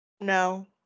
No